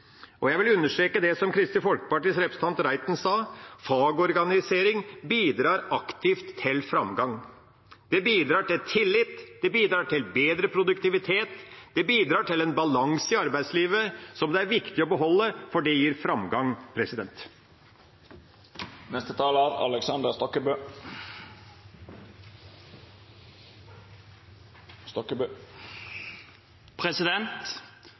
Og jeg vil understreke det som Kristelig Folkepartis representant Reiten sa, at fagorganisering bidrar aktivt til framgang. Det bidrar til tillit, det bidrar til bedre produktivitet, det bidrar til en balanse i arbeidslivet som det er viktig å beholde, for det gir framgang. For Høyre er